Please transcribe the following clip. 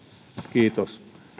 kiitos